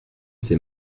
c’est